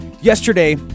Yesterday